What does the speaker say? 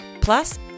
Plus